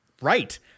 right